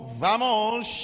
vamos